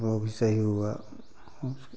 वो भी सही हुआ उसको